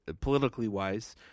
politically-wise –